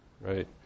right